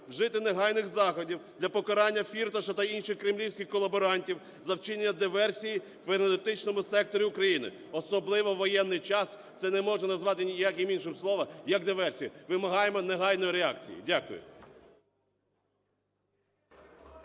вжити негайних заходів для покарання Фірташа та інших кремлівських колаборантів за вчинення диверсії в енергетичному секторі України. Особливо у воєнний час це не можна назвати ніяким іншим словом, як диверсія. Вимагаємо негайної реакції. Дякую.